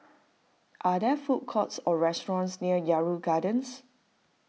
are there food courts or restaurants near Yarrow Gardens